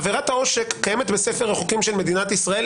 עבירת העושק קיימת בספר החוקים של מדינת ישראל,